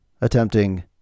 attempting